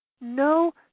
no